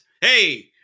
Hey